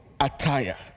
attire